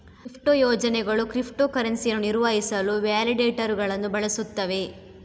crypto ಯೋಜನೆಗಳು crypto ಕರೆನ್ಸಿಯನ್ನು ನಿರ್ವಹಿಸಲು ವ್ಯಾಲಿಡೇಟರುಗಳನ್ನು ಬಳಸುತ್ತವೆ